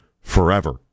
forever